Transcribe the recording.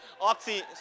Oxy